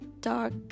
dark